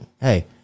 hey